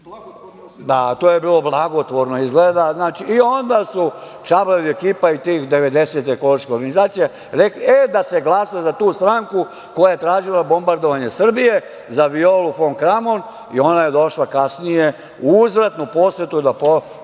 to je bilo blagotvorno izgleda. Onda je ta ekipa te ekološke organizacije rekli – e, da se glasa za tu stranku koja je tražila bombardovanje Srbije, za Violu fon Kramon, i ona je došla kasnije u uzvratnu posetu da podrži